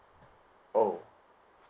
oh